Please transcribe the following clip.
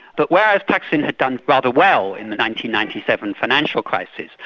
but whereas thaksin has done rather well in the ninety ninety seven financial crisis,